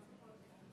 לשבת.